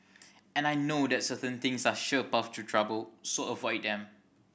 and I know that certain things are sure paths to trouble so avoid them